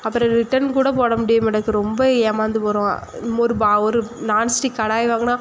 அப்புறம் ரிட்டன் கூட போட முடிய மாட்டேங்குது ரொம்ப ஏமாந்து போகறோம் ஒரு பா ஒரு நான்ஸ்டிக் கடாய் வாங்கினா